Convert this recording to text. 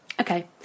Okay